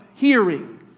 Hearing